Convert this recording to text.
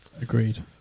Agreed